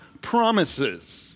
promises